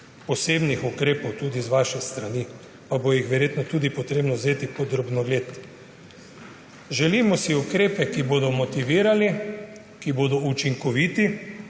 posebnih ukrepov tudi z vaše strani pa jih bo verjetno tudi potrebno vzeti pod drobnogled. Želimo si ukrepe, ki bodo motivirali, ki bodo učinkoviti,